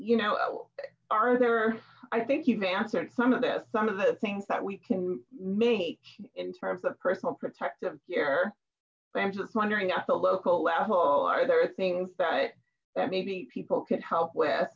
you know are there i think you've answered some of this some of the things that we can make in terms of personal protective gear i'm just wondering at the local level are there things that that maybe people could help with